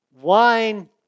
wine